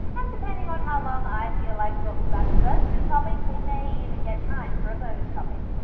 and depending on how long i feel like talking about the first two topics, we may even get time for a bonus topic.